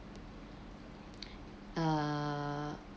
uh